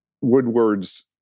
Woodward's